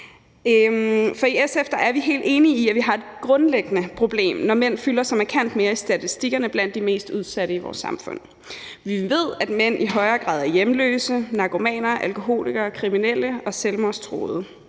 I SF er vi helt enige i, at vi har et grundlæggende problem, når mænd fylder så markant mere i statistikkerne over de mest udsatte i vores samfund. Vi ved, at mænd i højere grad er hjemløse, narkomaner, alkoholikere, kriminelle og selvmordstruede,